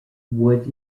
wood